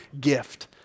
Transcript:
gift